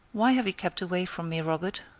why have you kept away from me, robert?